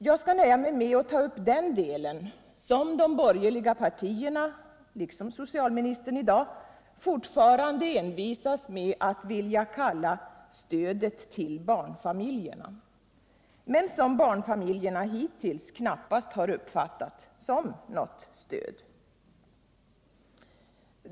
Jag skall nöja mig med att ta upp den del som de borgerliga partierna, liksom socialministern i dag, fortfarande envisas med att vilja kalla ”stödet till barnfamiljerna” men som barnfamiljerna hittills knappast har uppfattat som något stöd.